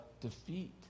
defeat